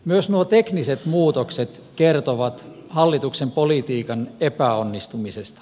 myös nuo tekniset muutokset kertovat hallituksen politiikan epäonnistumisesta